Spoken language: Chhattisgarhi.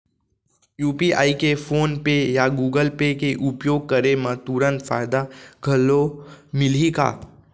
यू.पी.आई के फोन पे या गूगल पे के उपयोग करे म तुरंत फायदा घलो मिलही का?